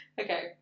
okay